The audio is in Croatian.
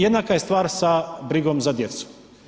Jednaka je stvar sa brigom za djecu.